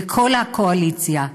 לכל הקואליציה: